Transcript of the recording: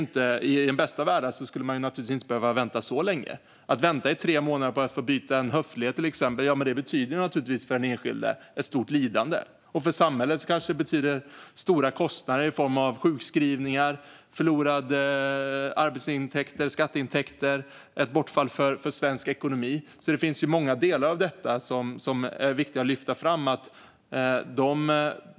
I den bästa av världar skulle man naturligtvis inte behöva vänta så länge. Att vänta i tre månader på att till exempel få byta en höftled betyder för den enskilde ett stort lidande. Och för samhället betyder det kanske stora kostnader i form av sjukskrivningar, förlorade arbets och skatteintäkter och ett bortfall för svensk ekonomi. Det finns många delar av detta som är viktiga att lyfta fram.